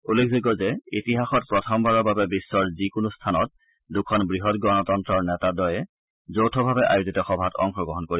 উল্লেখযোগ্য যে ইতিহাসত প্ৰথমবাৰৰ বাবে বিশ্বৰ যিকোনো স্থানত দুখন বৃহৎ গণতন্ত্ৰৰ নেতাদ্বয়ে যৌথভাৱে আয়োজিত সভাত অংশগ্ৰহণ কৰিব